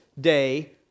day